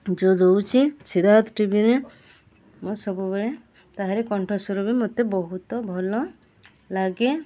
ଯେଉଁ ଦେଉଛି ସିଦ୍ଧାର୍ଥ ଟିଭିରେ ମୋ ସବୁବେଳେ ତାହାରେ କଣ୍ଠ ସ୍ୱର ବି ମୋତେ ବହୁତ ଭଲ ଲାଗେ